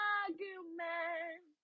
argument